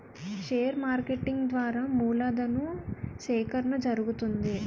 share marketing ద్వారా మూలధను సేకరణ జరుగుతుంది